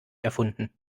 erfunden